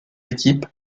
équipe